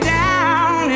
down